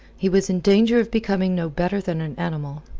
he was in danger of becoming no better than an animal,